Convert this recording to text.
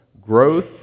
growth